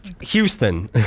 Houston